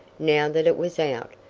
now that it was out,